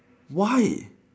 why